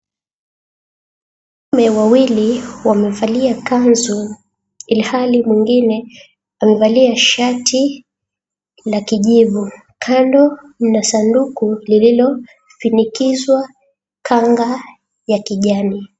Wanaume wawili wamevalia kanzu, ilhali mwingine amevalia shati la kijivu. Kando mna sanduku lililofinikizwa kanga ya kijani.